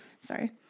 sorry